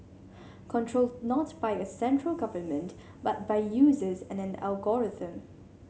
controlled not by a central government but by users and an algorithm